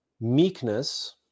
meekness